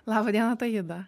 laba diena taida